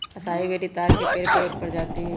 असाई berry ताड़ के पेड़ के एक प्रजाति हई